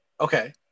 okay